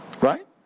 Right